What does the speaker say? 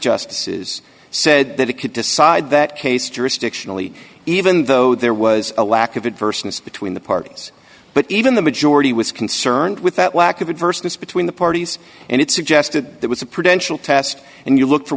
justices said that it could decide that case jurisdictionally even though there was a lack of it versus between the parties but even the majority was concerned with that lack of it versus between the parties and it suggested there was a prevention test and you look for